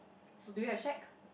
so do you have shack